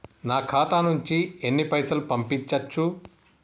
నా ఖాతా నుంచి ఎన్ని పైసలు పంపించచ్చు?